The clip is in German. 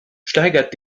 steigert